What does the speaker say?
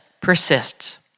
persists